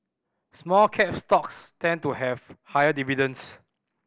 small cap stocks tend to have higher dividends